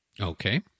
Okay